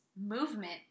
movement